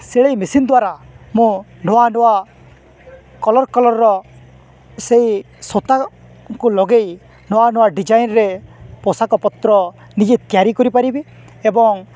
ସିଲେଇ ମେସିନ୍ ଦ୍ୱାରା ମୁଁ ନୂଆ ନୂଆ କଲର୍ କଲରର ସେଇ ସୁତାକୁ ଲଗେଇ ନୂଆ ନୂଆ ଡିଜାଇନରେ ପୋଷାକପତ୍ର ନିଜେ ତିଆରି କରିପାରିବି ଏବଂ